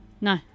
No